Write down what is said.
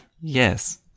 Yes